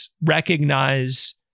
recognize